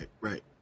right